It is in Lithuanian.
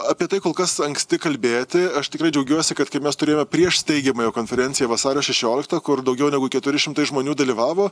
apie tai kol kas anksti kalbėti aš tikrai džiaugiuosi kad kai mes turėjome prieš steigiamąją konferenciją vasario šešioliktą kur daugiau negu keturi šimtai žmonių dalyvavo